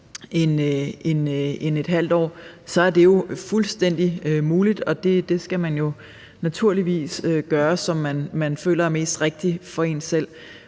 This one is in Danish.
gået et halvt år, er det jo fuldstændig muligt. Man skal naturligvis gøre det, som man føler er mest rigtigt for en selv.